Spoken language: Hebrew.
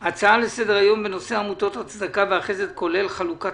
על סדר-היום: עמותות הצדקה והחסד כוללת חלוקות